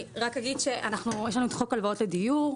אני רק אגיד שיש לנו את חוק הלוואות לדיור,